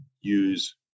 use